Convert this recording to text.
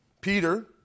Peter